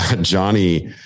Johnny